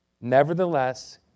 Nevertheless